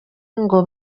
ngo